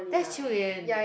that's Qiu-Lian